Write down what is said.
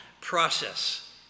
process